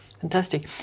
Fantastic